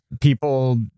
People